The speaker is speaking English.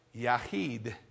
Yahid